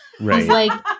right